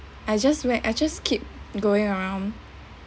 I just went I just keep going around